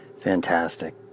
Fantastic